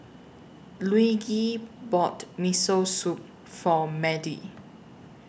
Luigi bought Miso Soup For Madie